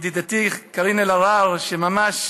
ידידתי קארין אלהרר, שממש